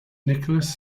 nicholas